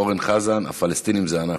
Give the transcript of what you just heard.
אורן חזן: הפלסטינים זה אנחנו.